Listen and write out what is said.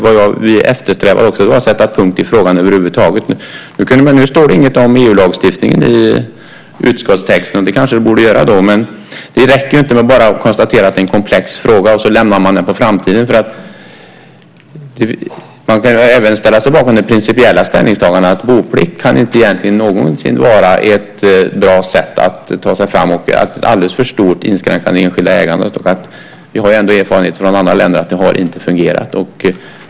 Vad vi eftersträvade var att också sätta en punkt i frågan över huvud taget. Nu står det inget om EU-lagstiftningen i utskottstexten. Det kanske det borde göra. Det räcker inte med att bara konstatera att det är en komplex fråga och lämna den till framtiden. Man kan även ställa sig bakom det principiella ställningstagandet. Boplikt kan egentligen inte någonsin vara ett bra sätt att ta sig fram. Det är en alldeles för stor inskränkning av det enskilda ägandet. Vi har ändå erfarenheter från andra länder att det inte har fungerat.